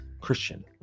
Christian